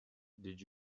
did